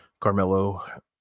Carmelo